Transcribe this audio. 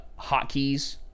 hotkeys